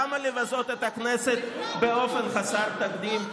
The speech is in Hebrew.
למה לבזות את הכנסת באופן חסר תקדים?